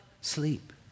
sleep